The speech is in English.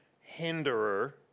hinderer